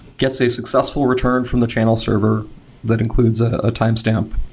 gets a successful return from the channel server that includes a a timestamp.